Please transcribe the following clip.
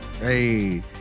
Hey